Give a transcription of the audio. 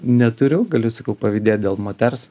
neturiu galiu sakau pavydėt dėl moters